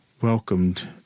welcomed